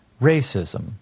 racism